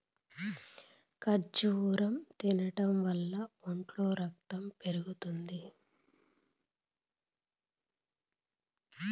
ఖర్జూరం తినడం వల్ల ఒంట్లో రకతం పెరుగుతుంది